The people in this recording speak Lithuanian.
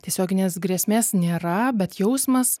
tiesioginės grėsmės nėra bet jausmas